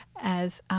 as